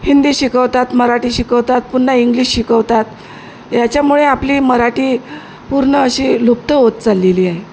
हिंदी शिकवतात मराठी शिकवतात पुन्हा इंग्लिश शिकवतात याच्यामुळे आपली मराठी पूर्ण अशी लुप्त होत चाललेली आहे